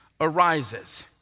arises